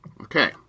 Okay